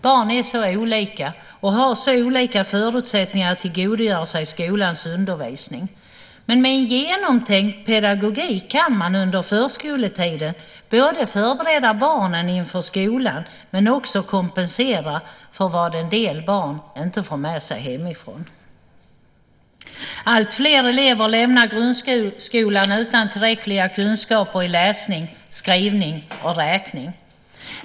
Barn är så olika och har så olika förutsättningar att tillgodogöra sig skolans undervisning, men med en genomtänkt pedagogik kan man under förskoletiden förbereda barnen inför skolan och också kompensera för vad en del barn inte får med sig hemifrån. Alltfler elever lämnar grundskolan utan tillräckliga kunskaper i läsning, skrivning och räkning.